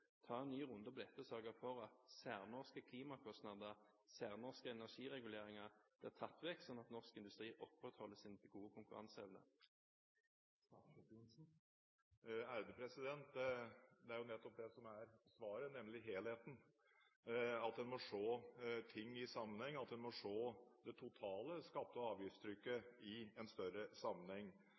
ta en ny runde på dette og sørge for at særnorske klimakostnader og særnorske energireguleringer blir tatt vekk, slik at norsk industri opprettholder sin gode konkurranseevne? Det er nettopp det som er svaret, nemlig helheten, at en må se ting i sammenheng, at en må se det totale skatte- og avgiftstrykket i en større sammenheng.